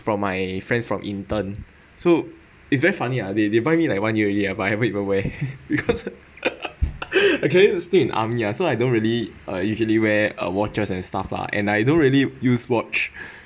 from my friends from intern so it's very funny ah they they buy me like one year already lah but I haven't even wear because I'm currently still in army lah so I don't really uh usually wear uh watches and stuff lah and I don't really use watch